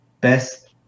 best